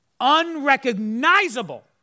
unrecognizable